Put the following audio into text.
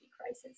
crisis